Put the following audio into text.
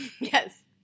Yes